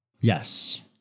Yes